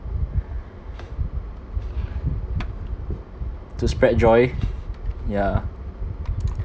to spread joy ya